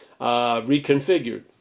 reconfigured